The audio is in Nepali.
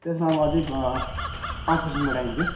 त्यसमा अब अझ पाँच पर्सेन्ट बढाइदिन्छु